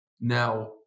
Now